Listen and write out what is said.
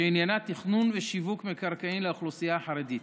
שעניינה תכנון ושיווק מקרקעין לאוכלוסייה החרדית.